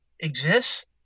exists